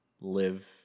live